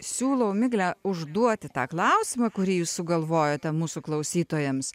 siūlau migle užduoti tą klausimą kurį jūs sugalvojote mūsų klausytojams